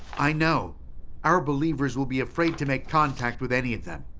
i know our believers will be afraid to make contact with any of them.